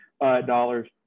dollars